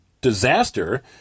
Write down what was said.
disaster